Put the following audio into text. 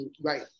Right